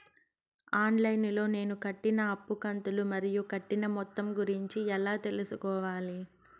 On line లో నేను కట్టిన అప్పు కంతులు మరియు కట్టిన మొత్తం గురించి ఎలా తెలుసుకోవాలి?